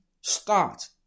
start